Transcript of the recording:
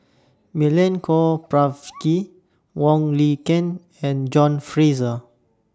Milenko Prvacki Wong Lin Ken and John Fraser